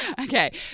Okay